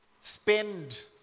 spend